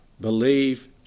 Believe